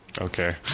Okay